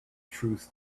truth